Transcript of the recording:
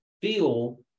feel